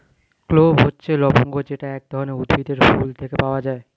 clove হচ্ছে লবঙ্গ যেটা এক ধরনের উদ্ভিদের ফুল থেকে পাওয়া